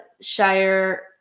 Shire